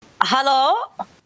Hello